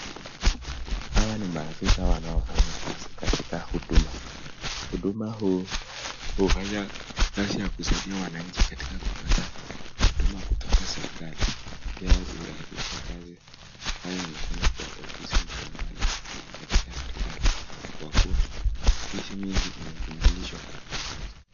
Hawa ni maafisa wanao fanya kazi katika huduma. Huduma hii hufanya kazi ya kusaidia wananchi katika kupata huduma kutoka serekali, pia urahisisha kazi ambayo hufanywa kwa ofisi mbalimbali katika serekali, kwa kuwa ofisi mingi zimejumulishwa kwa pamoja.